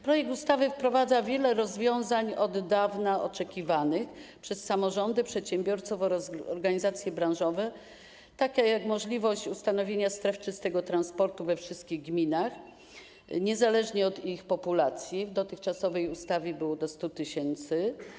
Projekt ustawy wprowadza wiele rozwiązań od dawna oczekiwanych przez samorządy, przedsiębiorców oraz organizacje branżowe, takie jak możliwość ustanowienia stref czystego transportu we wszystkich gminach niezależnie od ich populacji - w dotychczasowej ustawie było to 100 tys. mieszkańców.